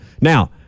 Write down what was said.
now